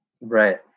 Right